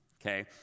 okay